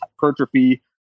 hypertrophy